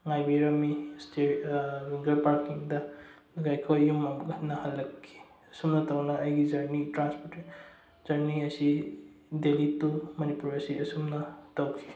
ꯉꯥꯏꯕꯤꯔꯝꯃꯤ ꯋꯤꯡꯒꯔ ꯄꯥꯔꯀꯤꯡꯗ ꯑꯩꯈꯣꯏ ꯌꯨꯝ ꯑꯃꯨꯛ ꯍꯟꯅ ꯍꯜꯂꯛꯈꯤ ꯑꯁꯨꯝꯅ ꯇꯧꯅ ꯑꯩꯒꯤ ꯖꯔꯅꯤ ꯇ꯭ꯔꯥꯟꯁꯄꯣꯔꯇꯦ ꯖꯔꯅꯤ ꯑꯁꯤ ꯗꯦꯜꯂꯤ ꯇꯨ ꯃꯅꯤꯄꯨꯔ ꯑꯁꯤ ꯑꯁꯨꯝꯅ ꯇꯧꯈꯤ